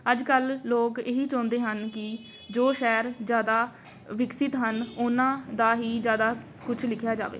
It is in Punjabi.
ਅੱਜ ਕੱਲ੍ਹ ਲੋਕ ਇਹੀ ਚਾਹੁੰਦੇ ਹਨ ਕਿ ਜੋ ਸ਼ਹਿਰ ਜ਼ਿਆਦਾ ਵਿਕਸਿਤ ਹਨ ਉਹਨਾਂ ਦਾ ਹੀ ਜ਼ਿਆਦਾ ਕੁਛ ਲਿਖਿਆ ਜਾਵੇ